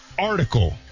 article